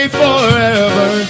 forever